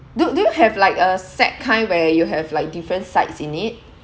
do do you have like a set kind where you have like different sides in it